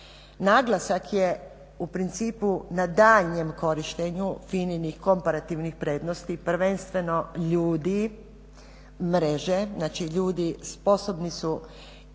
Naglasak je u principu na daljnjem korištenju FINA-nih komparativnih prednosti, prvenstveno ljudi, mreže, znači ljudi sposobni su